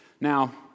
Now